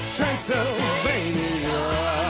Transylvania